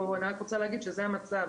אני רק רוצה להגיד שזה המצב.